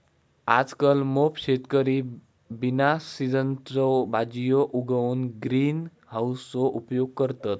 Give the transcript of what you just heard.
आजकल मोप शेतकरी बिना सिझनच्यो भाजीयो उगवूक ग्रीन हाउसचो उपयोग करतत